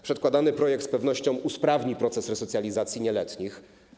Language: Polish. Przedkładany projekt z pewnością usprawni proces resocjalizacji nieletnich.